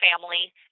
family